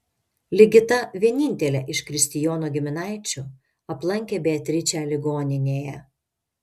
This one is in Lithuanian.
ligita vienintelė iš kristijono giminaičių aplankė beatričę ligoninėje